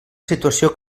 situació